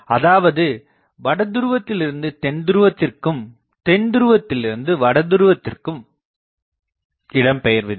அதாவது வட துருவத்தில் இருந்து தென் துருவத்திற்கும் தென் துருவத்தில் இருந்து வட துருவத்திற்கும் இடம்பெயர்வதில்லை